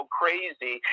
crazy